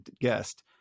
guest